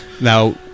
Now